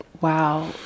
wow